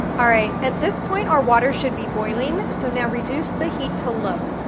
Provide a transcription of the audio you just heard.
alright at this point our water should be boiling, so now reduce the heat to low.